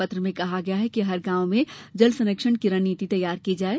पत्र में कहा गया है कि हर गॉव में जल संरक्षण की रणनीति तैयार की जाये